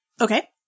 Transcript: Okay